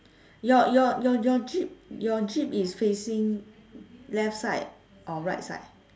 your your your your jeep your jeep is facing left side or right side